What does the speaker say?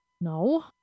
no